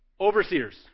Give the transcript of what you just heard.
overseers